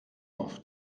auf